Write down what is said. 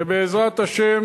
ובעזרת השם